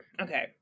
Okay